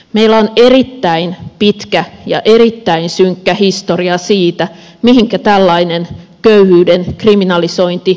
meillä on erittäin pitkä ja erittäin synkkä historia siitä mihinkä tällainen köyhyyden kriminalisointi johtaa